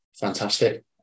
fantastic